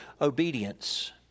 obedience